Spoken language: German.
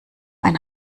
ein